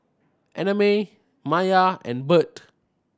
Annamae Maia and Bert